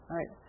Right